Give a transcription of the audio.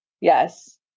Yes